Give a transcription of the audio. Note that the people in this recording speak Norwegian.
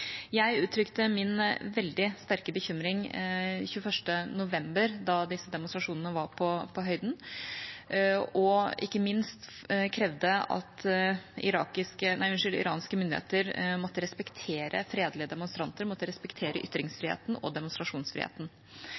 Jeg uttrykte min veldig sterke bekymring 21. november, da disse demonstrasjonene var på høyden, og ikke minst krevde jeg at iranske myndigheter måtte respektere fredelige demonstranter, måtte respektere ytringsfriheten og demonstrasjonsfriheten.